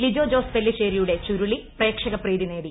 ലിജോ ജോസ് പെല്ലിശ്ശേരിയുടെ ചുരുളി പ്രേക്ഷകപ്രീതി നേടി